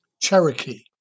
Cherokee